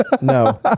No